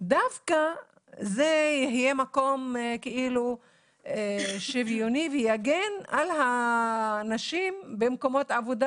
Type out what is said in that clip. דווקא זה יהיה מקום שוויוני ויגן על הנשים במקומות עבודה.